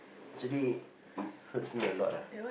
actually it hurts me a lot lah